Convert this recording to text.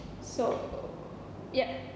so yup